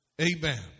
Amen